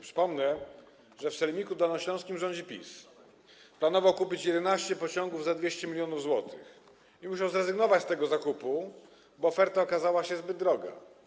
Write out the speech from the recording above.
Przypomnę, że w sejmiku dolnośląskim rządzi PiS, który planował kupić 11 pociągów za 200 mln zł i musiał zrezygnować z tego zakupu, bo oferta okazała się zbyt droga.